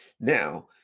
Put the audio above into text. Now